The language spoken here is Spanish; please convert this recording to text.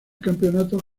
campeonatos